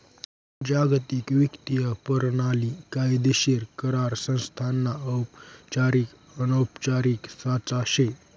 जागतिक वित्तीय परणाली कायदेशीर करार संस्थासना औपचारिक अनौपचारिक साचा शे